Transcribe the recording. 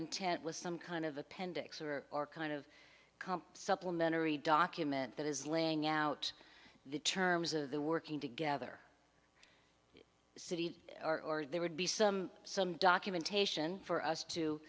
intent was some kind of appendix or or kind of comp supplementary document that is laying out the terms of the working together city or there would be some some documentation for us to